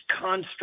construct